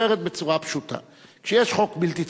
ואומרת בצורה פשוטה: כשיש חוק בלתי צודק,